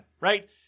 right